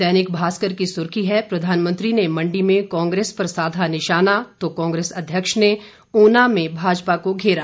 दैनिक भास्कर की सुर्खी है प्रधानमंत्री ने मंडी में कांग्रेस पर साधा निशाना तो कांग्रेस अध्यक्ष ने उना में भाजपा को घेरा